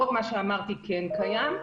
רוב מה שאמרתי כן קיים.